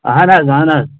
اَہن حظ اَہن حظ